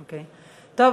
טוב,